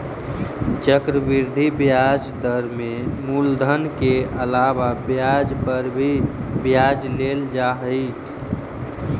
चक्रवृद्धि ब्याज दर में मूलधन के अलावा ब्याज पर भी ब्याज लेल जा हई